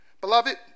Beloved